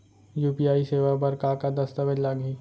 UPI सेवा बर का का दस्तावेज लागही?